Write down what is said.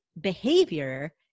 behavior